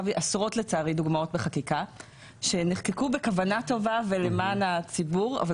להביא עשרות דוגמאות בחקיקה שנחקקו בכוונה טובה ולמען הציבור,